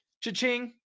Cha-ching